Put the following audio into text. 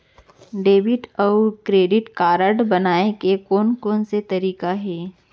Debit अऊ credit card बनवाए के कोन कोन से तरीका हे?